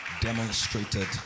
demonstrated